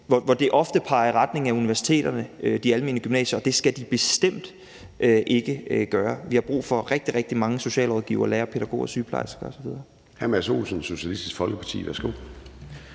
gymnasier ofte peger i retning af universiteterne, og det skal de bestemt ikke gøre. Vi har brug for rigtig, rigtig mange socialrådgivere, lærere, pædagoger, sygeplejersker osv.